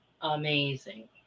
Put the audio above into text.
amazing